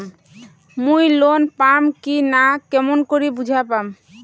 মুই লোন পাম কি না কেমন করি বুঝা পাম?